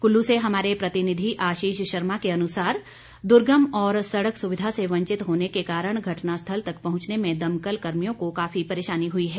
कुल्लू से हमारे प्रतिनिधि आशीष शर्मा के अनुसार दुर्गम और सड़क सुविधा से वंचित होने के कारण घटनास्थल तक पहुंचने में दमकल कर्मियों को काफी परेशानी हुई हैं